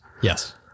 Yes